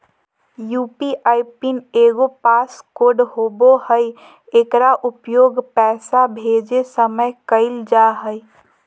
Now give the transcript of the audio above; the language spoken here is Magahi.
यू.पी.आई पिन एगो पास कोड होबो हइ एकर उपयोग पैसा भेजय समय कइल जा हइ